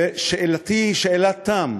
ושאלתי היא שאלת תם: